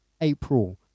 April